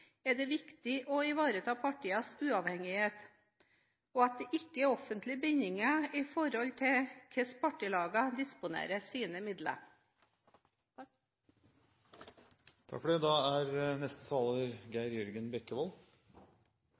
er det viktig å ivareta partienes uavhengighet og at det ikke er offentlige bindinger med hensyn til hvordan partilagene disponerer sine midler. Det er uvurderlig viktig for